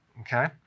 Okay